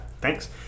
thanks